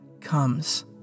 comes